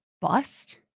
bust